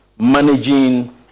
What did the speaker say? managing